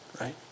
right